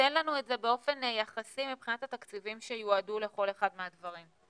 תן לנו את זה באופן יחסי מבחינת התקציבים שיועדו לכל אחד מהדברים.